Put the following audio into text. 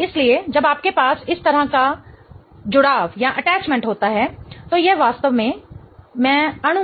इसलिए जब आपके पास इस तरह का अटैचमेंट जुड़ाव होता है तो यह वास्तव में मैं अणु